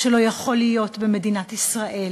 שלא יכול להיות במדינת ישראל